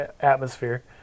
atmosphere